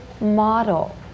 model